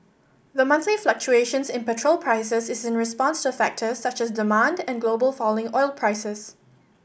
the monthly fluctuations in petrol prices is in response to factors such as demand and global falling oil prices